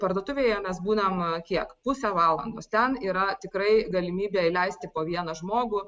parduotuvėje mes būnam kiek pusę valandos ten yra tikrai galimybė leisti po vieną žmogų